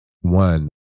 one